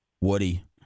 Woody